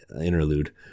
interlude